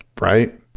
Right